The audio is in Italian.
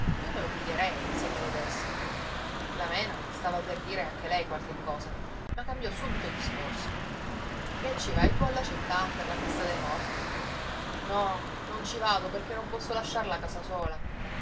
io me lo piglierei se me lo dessero la mena stava per dire anche lei qualche cosa ma cambiò subito discorso che ci vai tu alla città per la festa dei morti no non ci vado perché non posso lasciar la casa sola